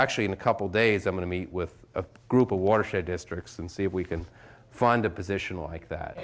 actually in a couple days i'm going to meet with a group of watershed districts and see if we can find a position like that